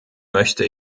möchte